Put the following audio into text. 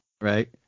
right